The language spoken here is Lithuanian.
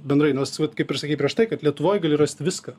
bendrai nors vat kaip ir sakei prieš tai kad lietuvoj gali rasti viską